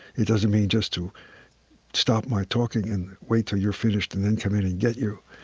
it doesn't mean just to stop my talking and wait till you're finished and then come in and get you.